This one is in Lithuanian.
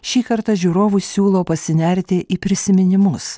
šį kartą žiūrovui siūlo pasinerti į prisiminimus